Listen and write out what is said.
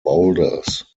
boulders